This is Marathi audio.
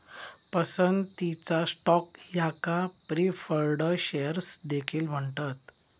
पसंतीचा स्टॉक याका प्रीफर्ड शेअर्स देखील म्हणतत